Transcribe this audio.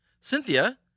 Cynthia